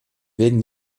werden